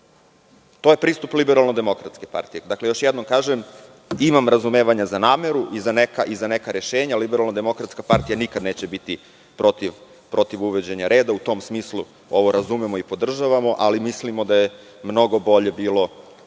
To je pristup Liberalno demokratske partije. Još jednom kažem, imam razumevanja za nameru i za neka rešenja, Liberalno demokratska partija nikada neće biti protiv uvođenja reda, u tom smislu ovo razumemo i podržavamo, ali mislimo da je mnogo bolje bilo